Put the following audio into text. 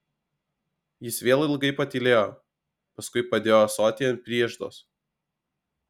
jis vėl ilgai patylėjo paskui padėjo ąsotį ant prieždos